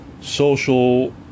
social